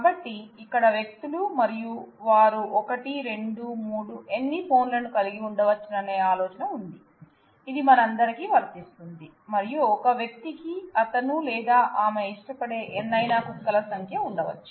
కాబట్టి ఇక్కడ వ్యక్తులు మరియు వారు ఒకటి రెండు మూడు ఎన్ని ఫోన్లను కలిగి ఉండవచ్చనే ఆలోచన ఉంది ఇది మనందరికీ వర్తిస్తుంది మరియు ఒక వ్యక్తికి అతను లేదా ఆమె ఇష్టపడే ఎన్నయినా కుక్కల సంఖ్య ఉండవచ్చు